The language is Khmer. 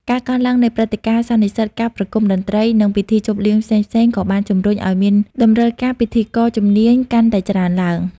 ការកើនឡើងនៃព្រឹត្តិការណ៍ សន្និសីទ ការប្រគំតន្ត្រី និងពិធីជប់លៀងផ្សេងៗក៏បានជំរុញឱ្យមានតម្រូវការពិធីករជំនាញកាន់តែច្រើនឡើង។